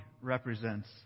represents